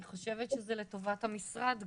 אני חושבת שזה לטובת המשרד גם.